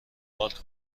آرد